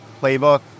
playbook